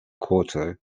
quarter